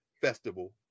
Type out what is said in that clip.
festival